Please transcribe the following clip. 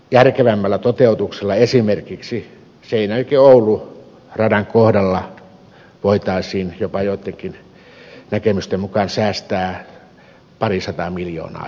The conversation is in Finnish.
järkevämmällä toteutuksella esimerkiksi seinäjokioulu radan kohdalla voitaisiin joittenkin näkemysten mukaan jopa säästää parisataa miljoonaa euroa